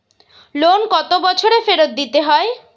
Loan কত বছরে ফেরত দিতে হয়?